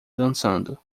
dançando